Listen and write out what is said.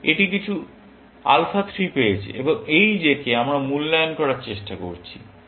এটি কিছু আলফা 3 পেয়েছে এবং এই j কে আমরা মূল্যায়ন করার চেষ্টা করছি